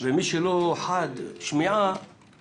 ומי שלא חד שמיעה